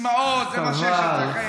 הסיסמאות זה מה שיש אצלכם.